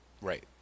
right